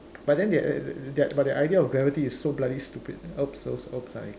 but then they they but their idea of gravity is so bloody stupid oops oops oops I cursed